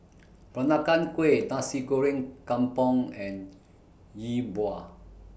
Peranakan Kueh Nasi Goreng Kampung and Yi Bua